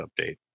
update